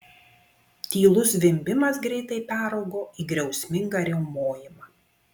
tylus zvimbimas greitai peraugo į griausmingą riaumojimą